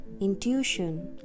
intuition